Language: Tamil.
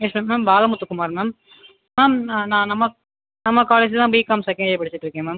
என் பேர் மேம் பால முத்துக்குமார் மேம் நான் நம்ம காலேஜில் தான் பிகாம் செகேண்ட் இயர் படிச்சுட்டுருக்கேன் மேம்